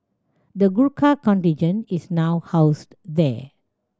the Gurkha contingent is now housed there